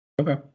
Okay